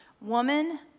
woman